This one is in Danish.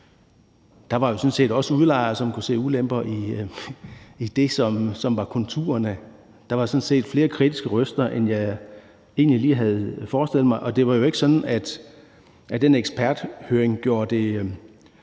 Der var jo sådan set også udlejere, som kunne se ulemper i det, som var konturerne. Der var sådan set flere kritiske røster, end jeg egentlig lige havde forestillet mig, og det var jo ikke sådan, at den eksperthøring gjorde det